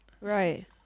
Right